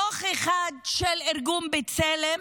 דוח אחד של ארגון בצלם,